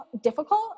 difficult